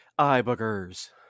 Eyebuggers